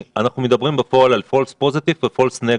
מדברים בפועל על false positive and false negative.